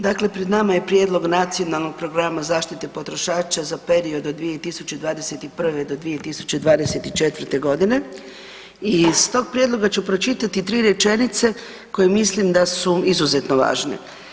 Dakle, pred nama je Prijedlog nacionalnog programa zaštite potrošača za period od 2021. do 2024.g. i iz tog prijedloga ću pročitati 3 rečenice koje mislim da su izuzetno važne.